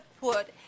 put